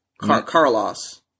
Carlos